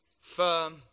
firm